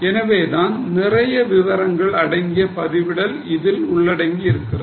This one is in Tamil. எனவேதான் நிறைய விவரங்கள் அடங்கிய பதிவிடல் இதில் உள்ளடங்குகிறது